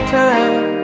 time